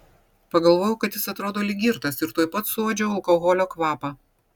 pagalvojau kad jis atrodo lyg girtas ir tuoj pat suuodžiau alkoholio kvapą